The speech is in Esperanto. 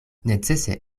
necese